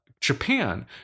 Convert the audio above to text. Japan